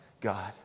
God